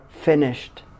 finished